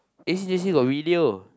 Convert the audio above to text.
A_C_J_C got video